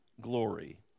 glory